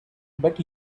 but